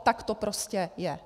Tak to prostě je.